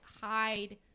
hide